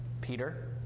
Peter